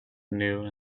canoe